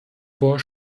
vor